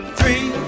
Three